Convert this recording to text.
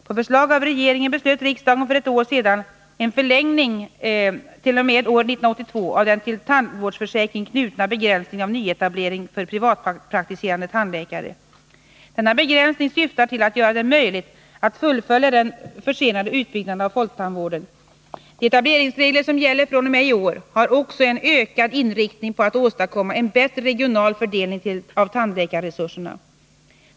På förslag av regeringen beslöt riksdagen för ett år sedan en förlängning t.o.m. år 1982 av den till tandvårdsförsäkringen knutna begränsningen av nyetablering för privatpraktiserande tandläkare. Denna begränsning syftar till att göra det möjligt att fullfölja den försenade utbyggnaden av folktandvården. De etableringsregler som gäller fr.o.m. i år har också en ökad inriktning på att åstadkomma en bättre regional fördelning av tandläkarresurserna.